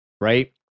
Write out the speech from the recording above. right